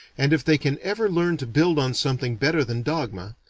and if they can ever learn to build on something better than dogma,